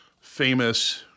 famous